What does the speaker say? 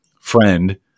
friend